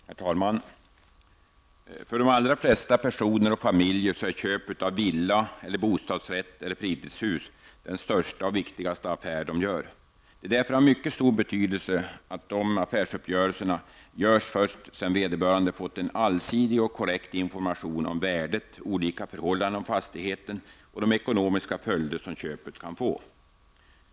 Herr talman! För de allra flesta personer och familjer är köp av villa eller bostadsrätt eller fritidshus den största och viktigaste affär de gör. Det är därför av mycket stor betydelse att de affärsuppgörelserna görs först sedan vederbörande fått en allsidig och korrekt information om värdet, olika förhållanden på fastigheten och de ekonomiska följder som köpet kan få.